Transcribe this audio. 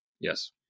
Yes